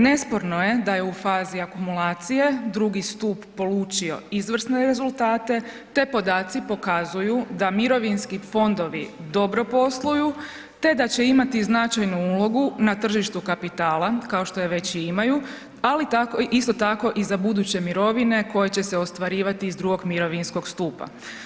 Nesporno je da je u fazi akumulacije drugi stup polučio izvrsne rezultate te podaci pokazuju da mirovinski fondovi dobro posluju te da će imati značajnu ulogu na tržištu kapitala, kao što je već i imaju, ali isto tako i za buduće mirovine koje će se ostvarivati iz II mirovinskog stupa.